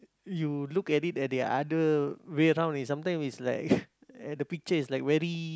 you look at it at the other way round is sometime is like the picture is like very